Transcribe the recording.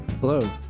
Hello